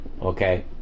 Okay